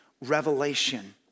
revelation